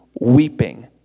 weeping